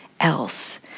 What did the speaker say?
else